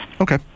Okay